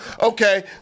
Okay